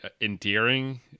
endearing